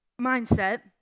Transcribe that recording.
mindset